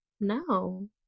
No